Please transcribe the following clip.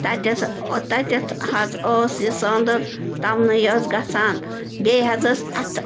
تَتٮ۪س تَتٮ۪تھ حظ ٲس یہِ سٲنٛدٕر تَمنٕے یٲژ گژھان بیٚیہِ حظ ٲسۍ اَتھٕ